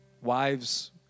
Wives